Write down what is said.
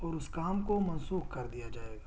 اور اس کام کو منسوخ کر دیا جائے گا